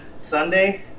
Sunday